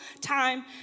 time